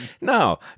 No